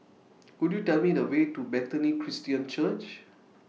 Could YOU Tell Me The Way to Bethany Christian Church